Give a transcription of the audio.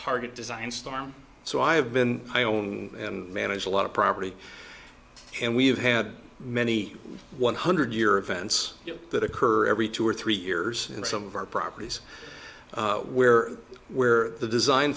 target design style so i have been my own and manage a lot of property and we've had many one hundred year events that occur every two or three years and some of our properties where where the design